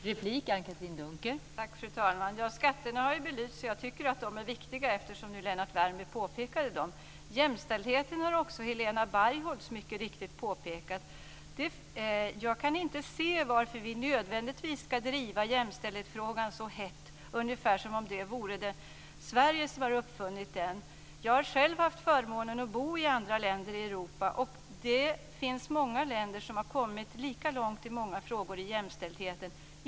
Fru talman! Skatterna har belysts, och jag tycker att de är viktiga, eftersom Lennart Värmby tog upp dem. Jämställdheten har också Helena Bargholtz mycket riktigt påpekat. Jag kan inte se varför vi nödvändigtvis ska driva jämställdhetsfrågan så hett, ungefär som om det är Sverige som har uppfunnit den. Jag har själv haft förmånen att bo i andra länder i Europa, och det finns många länder som har kommit lika långt i många jämställdhetsfrågor.